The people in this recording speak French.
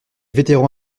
vétérans